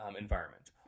environment